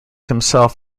himself